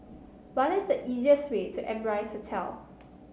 what is the easiest way to Amrise Hotel